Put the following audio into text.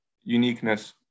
uniqueness